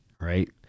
right